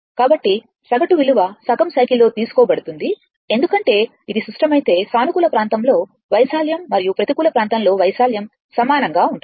కాబట్టి సగటు విలువ సగం సైకిల్ లో తీసుకోబడుతుంది ఎందుకంటే ఇది సుష్టమైతే సానుకూల ప్రాంతంలో వైశాల్యం మరియు ప్రతికూల ప్రాంతంలో వైశాల్యం సమానంగా ఉంటుంది